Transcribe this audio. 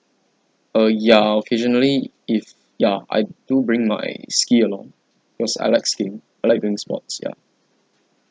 uh ya occasionally if ya I do bring my ski along cause I like skiing I like doing sports ya